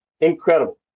incredible